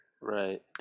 right